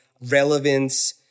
relevance